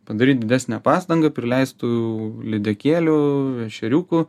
padaryt didesnę pastangą prileist tų lydekėlių ešeriukų